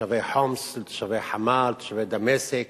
לתושבי חומס, לתושבי חמה, לתושבי דמשק.